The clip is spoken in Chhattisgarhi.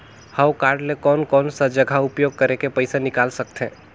हव कारड ले कोन कोन सा जगह उपयोग करेके पइसा निकाल सकथे?